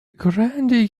grand